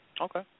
Okay